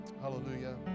hallelujah